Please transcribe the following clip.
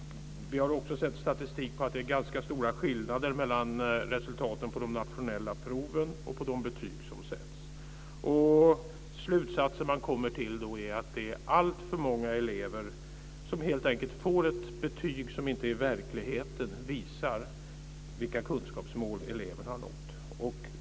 Vi har också sett statistik på att det är ganska stora skillnader mellan resultaten av de nationella proven och de betyg som sätts. Slutsatsen man kommer till är att det är alltför många elever som helt enkelt får ett betyg som inte i verkligheten visar vilka kunskapsmål eleven har nått.